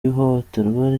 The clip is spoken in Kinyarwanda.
ihohoterwa